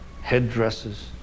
headdresses